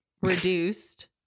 reduced